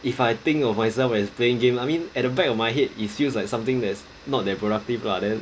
if I think of myself as playing game I mean at the back of my head it feels like something there's not that productive lah then